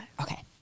Okay